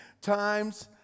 times